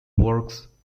works